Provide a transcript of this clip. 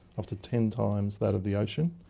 up to ten times that of the ocean,